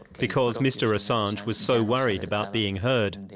because mr assange was so worried about being heard.